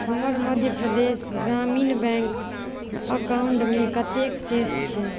हमर मध्य प्रदेश ग्रामीण बैंक अकाउंटमे कतेक शेष छै